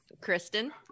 Kristen